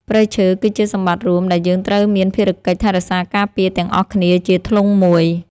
ព្រៃឈើគឺជាសម្បត្តិរួមដែលយើងត្រូវមានភារកិច្ចថែរក្សាការពារទាំងអស់គ្នាជាធ្លុងមួយ។ព្រៃឈើគឺជាសម្បត្តិរួមដែលយើងត្រូវមានភារកិច្ចថែរក្សាការពារទាំងអស់គ្នាជាធ្លុងមួយ។